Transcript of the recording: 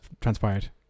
transpired